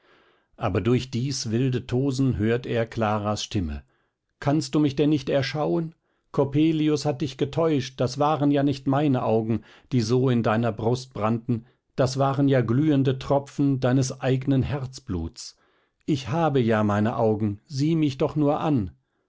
aber durch dies wilde tosen hört er claras stimme kannst du mich denn nicht erschauen coppelius hat dich getäuscht das waren ja nicht meine augen die so in deiner brust brannten das waren ja glühende tropfen deines eignen herzbluts ich habe ja meine augen sieh mich doch nur an